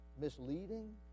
misleading